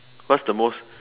what's the most